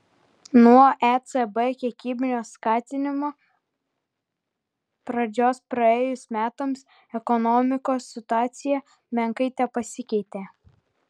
nuo ecb kiekybinio skatinimo pradžios praėjus metams ekonomikos situacija menkai tepasikeitė